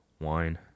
wine